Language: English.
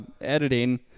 editing